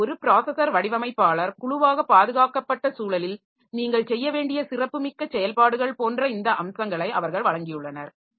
எனவே ஒரு பிராஸஸர் வடிவமைப்பாளர் குழுவாக பாதுகாக்கப்பட்ட சூழலில் நீங்கள் செய்ய வேண்டிய சிறப்பு மிக்க செயல்பாடுகள் போன்ற இந்த அம்சங்களை அவர்கள் வழங்கியுள்ளனர்